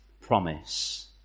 promise